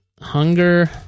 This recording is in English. Hunger